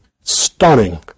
stunning